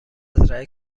مزرعه